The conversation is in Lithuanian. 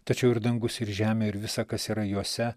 tačiau ir dangus ir žemė ir visa kas yra juose